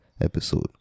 episode